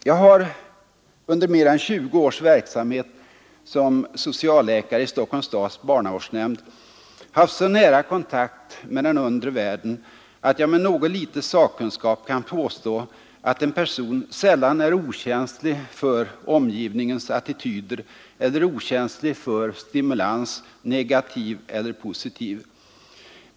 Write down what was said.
Jag har under mer än 20 års verksamhet som socialläkare i Stockholms stads barnavårdsnämnd haft så nära kontakt med den undre världen att jag med något litet sakkunskap kan påstå att en person sällan är okänslig för omgivningens attityder eller okänslig för stimulans, negativ eller positiv.